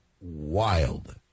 wild